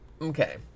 okay